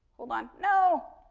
hold on, no,